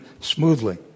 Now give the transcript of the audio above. smoothly